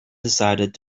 decided